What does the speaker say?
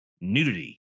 nudity